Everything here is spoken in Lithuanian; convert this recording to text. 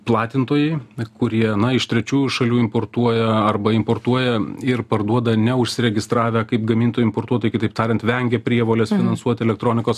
platintojai kurie na iš trečiųjų šalių importuoja arba importuoja ir parduoda neužsiregistravę kaip gamintojai importuotojai kitaip tariant vengia prievolės finansuoti elektronikos